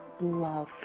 love